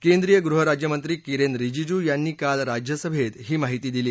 केंद्रीय गृहराज्यमंत्री किरेन रिजीजू यांनी काल राज्यसभेत ही माहिती दिली